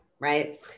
Right